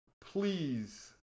Please